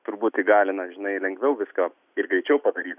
turbūt įgalina žinai lengviau viską ir greičiau padaryt